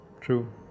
True